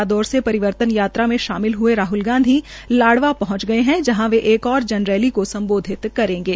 रादौर से परिवर्तन यात्रा में शामिल हये राहल गांधी लाडवा पहंच गये है जहां वे एक और जन रैली को सम्बोधित करेंगे